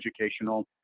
educational